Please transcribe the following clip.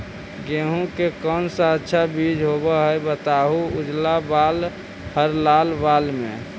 गेहूं के कौन सा अच्छा बीज होव है बताहू, उजला बाल हरलाल बाल में?